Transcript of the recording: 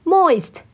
Moist